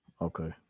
Okay